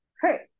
hurt